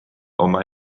oma